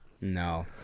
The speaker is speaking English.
No